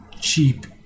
cheap